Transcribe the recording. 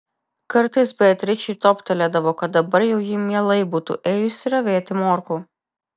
kartais beatričei toptelėdavo kad dabar jau ji mielai būtų ėjusi ravėti morkų